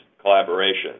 collaboration